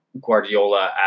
Guardiola